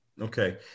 Okay